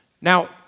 Now